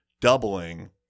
doubling